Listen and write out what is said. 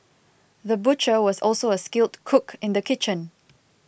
the butcher was also a skilled cook in the kitchen